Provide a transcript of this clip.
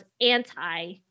anti